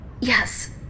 Yes